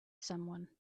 someone